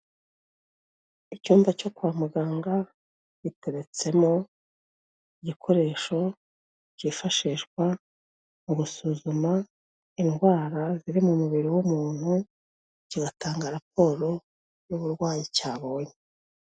Icyumba cyo kwa muganga giteretsemo igikoresho cyifashishwa mu gusuzuma indwara ziri mu mubiri w'umuntu, kiratanga raporo n'uburwayi cyabonye.